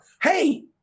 Hey